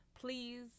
Please